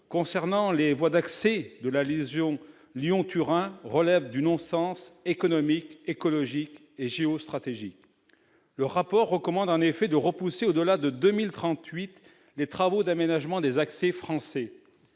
concernant les voies d'accès de la liaison Lyon-Turin relèvent du non-sens économique, écologique et géostratégique. Le rapport recommande en effet de repousser les travaux d'aménagement des accès français